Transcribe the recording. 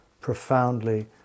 profoundly